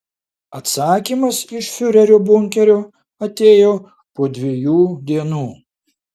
atsakymas iš fiurerio bunkerio atėjo po dviejų dienų